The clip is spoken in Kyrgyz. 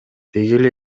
дегеле